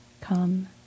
come